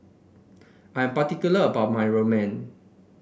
I'm particular about my Ramen